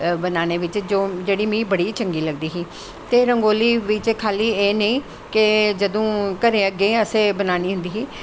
बनाने बिच्च जेह्ड़ी मिगी बड़ी चंगी लगदी ही ते रंगोली बिच्च खाली एह् नेईं के जदूं घरे अग्गैं असैं बनानी होंदी ही